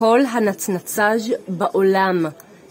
כל הנצנצאז' בעולם.